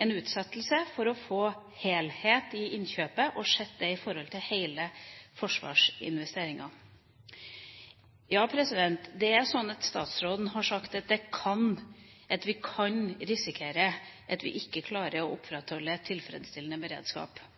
en utsettelse, for å få en helhet i innkjøpet og for å se det i forhold til alle forsvarsinvesteringene. Ja, det er slik at statsråden har sagt at vi kan risikere at vi ikke klarer å opprettholde en tilfredsstillende beredskap,